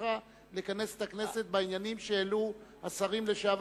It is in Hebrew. בקשתך לכנס את הכנסת בעניינים שהעלו השרים לשעבר